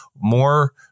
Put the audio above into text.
more